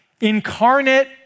incarnate